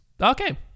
Okay